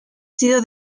sido